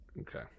Okay